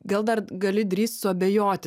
gal dar gali drįst suabejoti